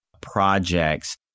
projects